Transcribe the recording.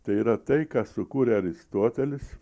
tai yra tai ką sukūrė aristotelis